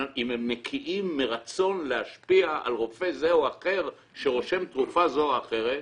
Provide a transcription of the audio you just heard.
אם הם נקיים מרצון להשפיע על רופא זה או אחר שרושם תרופה זו או אחרת,